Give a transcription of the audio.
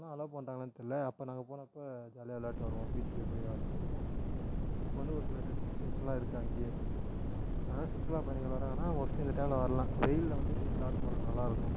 இப்பெல்லாம் அலோ பண்ணுறாங்கள்லானு தெரியலை அப்போ நாங்கள் போனப்போ ஜாலியாக விளையாடிட்டு வருவோம் பீச்சிலே போய் ஆட்டம் போடலாம் இப்போ வந்து ஒரு சில ரெஸ்ட்ரிஷன்ஸெல்லாம் இருக்குது அங்கேயே அதுதான் சுற்றுலா பயணிகள் வராங்கன்னால் மோஸ்ட்லி இந்த டைமில் வரலாம் வெயிலில் வந்து பீச்சில் ஆட்டம் போடுறதுக்கு நல்லா இருக்கும்